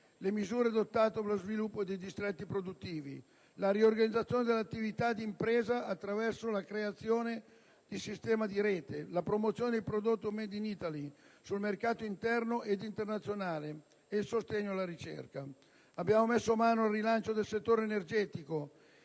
le misure adottate per lo sviluppo dei distretti produttivi, la riorganizzazione delle attività di impresa attraverso la creazione di sistemi di rete, la promozione dei prodotti *made in Italy* sul mercato interno ed internazionale e il sostegno alla ricerca. Abbiamo messo mano al rilancio del settore energetico